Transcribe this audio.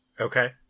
okay